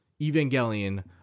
Evangelion